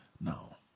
Now